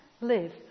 live